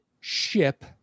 Ship